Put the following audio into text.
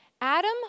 Adam